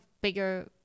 bigger